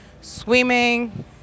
swimming